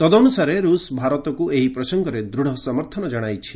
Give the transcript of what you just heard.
ତଦନୁସାରେ ରୁଷ ଭାରତକୁ ଏହି ପ୍ରସଙ୍ଗରେ ଦୂଢ଼ ସମର୍ଥନ ଜଣାଇଛି